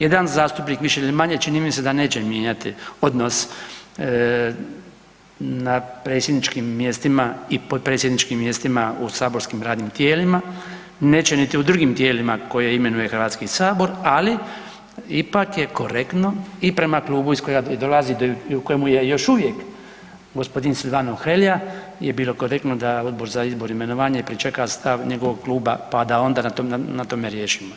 Jedan zastupnik više ili manje, čini mi se da neće mijenjati odnos na predsjedničkim mjestima i potpredsjedničkim mjestima u saborskim radnim tijelima, neće ni u drugim tijelima koje imenuje HS, ali ipak je korektno i prema klubu iz kojega dolazi i u kojemu je još uvijek g. Silvano Hrelja bi bilo korektno da Odbor za izbor i imenovanje pričeka stav njegovog kluba pa da onda na tome riješimo.